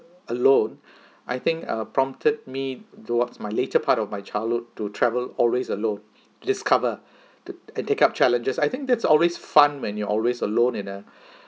alone I think uh prompted me towards my later part of my childhood to travel always alone discover th~ and take up challenges I think that's always fun when you're always alone in a